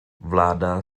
vláda